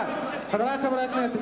חברי חברי הכנסת,